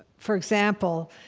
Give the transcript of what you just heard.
for example,